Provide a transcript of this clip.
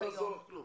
לא יעזור לך כלום.